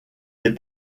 les